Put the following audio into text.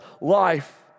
life